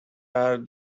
are